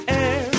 air